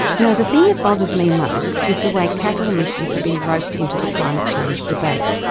no, the thing that bothers me most is the way cattle emissions have been roped into the climate change debate,